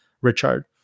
Richard